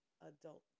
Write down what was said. adult